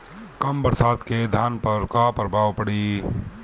कम बरसात के धान पर का प्रभाव पड़ी?